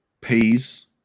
peas